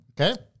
Okay